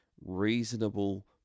reasonable